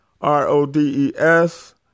r-o-d-e-s